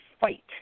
fight